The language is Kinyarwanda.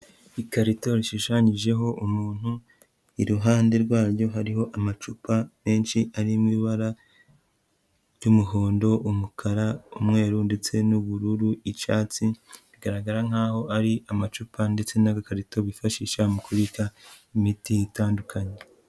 Ikarita yashushanyijeho umuntu, iruhande rwayo hariho amacupa menshi arimo ibara ry'umuhondo, umukara, umweru ndetse n'ubururu, icyatsi, bigaragara nk'aho ari amacupa ndetse n'agakarito bifashisha mu kubita imiti itandukanye.